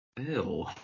Ew